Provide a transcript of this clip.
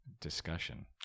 discussion